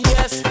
Yes